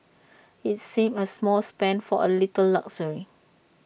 IT seems A small spend for A little luxury